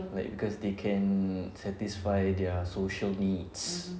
like because they can satisfy their social needs